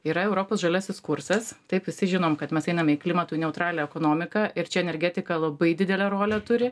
yra europos žaliasis kursas taip visi žinom kad mes einame į klimatui neutralią ekonomiką ir čia energetika labai didelę rolę turi